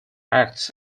acts